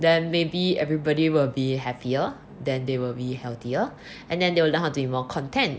then maybe everybody will be happier then they will be healthier and then they will learn how to be more content